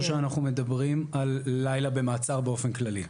שאנחנו מדברים על לילה במעצר באופן כללי?